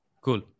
cool